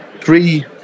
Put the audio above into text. Three